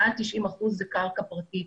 מעל 90% זה קרקע פרטית,